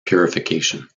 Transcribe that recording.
purification